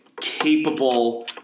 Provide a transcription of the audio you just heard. capable